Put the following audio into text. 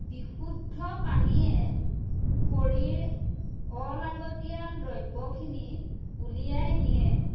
বিশুদ্ধ পানীয়ে শৰীৰৰ অলাগতীয়াল দ্ৰব্যখিনি উলিয়াই নিয়ে